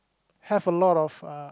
have a lot of uh